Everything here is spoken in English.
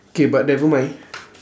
K but never mind